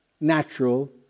natural